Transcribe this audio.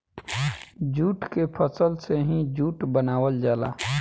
jute के फसल से ही जूट बनावल जाला